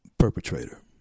perpetrator